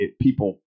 People